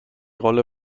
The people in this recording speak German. rolle